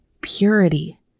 Purity